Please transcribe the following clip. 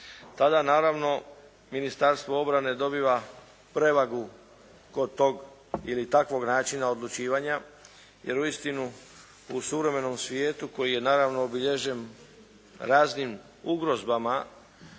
Tada naravno Ministarstvo obrane dobiva prevagu kod tog ili takvog načina odlučivanja jer uistinu u suvremenom svijetu koji je naravno obilježen raznim ugrozama,